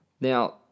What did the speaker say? Now